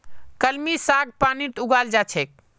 कलमी साग पानीत उगाल जा छेक